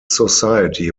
society